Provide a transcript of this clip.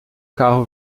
carro